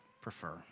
prefer